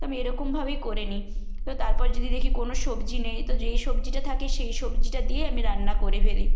তো আমি এরকমভাবেই করে নি তো তারপর যদি দেখি কোনো সবজি নেই তো যেই সবজিটা থাকে সেই সবজিটা দিয়ে আমি রান্না করে ফেলি